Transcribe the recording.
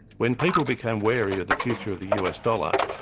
when people became wary of the future of the us dollar,